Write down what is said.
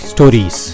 Stories